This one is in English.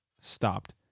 stopped